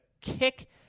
kick